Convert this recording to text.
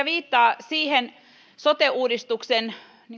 viittaa siihen sote uudistuksen